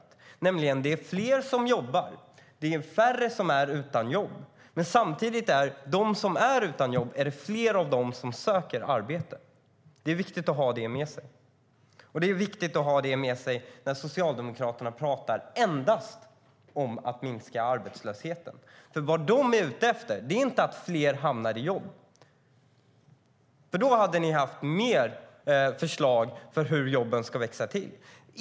Det är nämligen fler som jobbar. Det är färre som är utan jobb. Samtidigt är det fler av dem som är utan jobb som söker arbete. Det är viktigt att ha det med sig. Och det är viktigt att ha det med sig när Socialdemokraterna endast talar om att minska arbetslösheten, för vad de är ute efter är inte att fler ska hamna i jobb. I så fall hade ni haft fler förslag på hur jobben ska växa till.